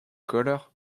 color